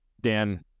Dan